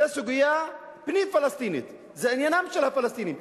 זו סוגיה פנים-פלסטינית, זה עניינם של הפלסטינים.